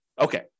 okay